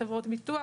לחברות הביטוח